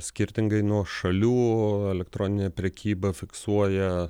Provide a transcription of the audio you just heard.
skirtingai nuo šalių elektroninė prekyba fiksuoja